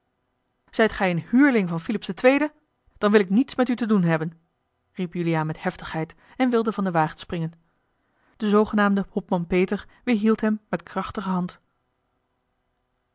zijt gij een huurling van philips ii dan wil ik niets met u te doen hebben riep juliaan met heftigheid en wilde vanden wagen springen de zoogenaamde hopman peter weêrhield hem met krachtige hand